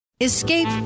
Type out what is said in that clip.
escape